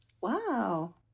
Wow